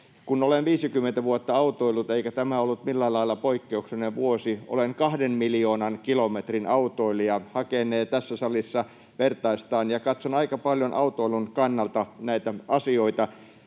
Kun olen 50 vuotta autoillut, eikä tämä ollut millään lailla poikkeuksellinen vuosi, olen 2 miljoonan kilometrin autoilija — hakenee tässä salissa vertaistaan — ja katson aika paljon autoilun kannalta näitä asioita.